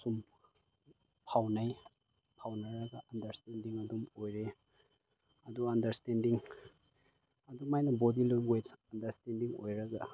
ꯁꯨꯝ ꯐꯥꯎꯅꯩ ꯐꯥꯎꯅꯔꯒ ꯑꯟꯗꯔꯁꯇꯦꯟꯗꯤꯡ ꯑꯗꯨꯝ ꯑꯣꯏꯔꯦ ꯑꯗꯨ ꯑꯟꯗꯔꯁꯇꯦꯟꯗꯤꯡ ꯑꯗꯨꯃꯥꯏꯅ ꯕꯣꯗꯤ ꯂꯦꯡꯒ꯭ꯋꯦꯁ ꯑꯟꯗꯔꯁꯇꯦꯟꯗꯤꯡ ꯑꯣꯏꯔꯒ